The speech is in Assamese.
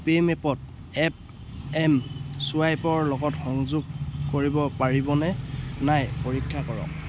পে' মেপত এপ এম চুৱাইপৰ লগত সংযোগ কৰিব পাৰিব নে নাই পৰীক্ষা কৰক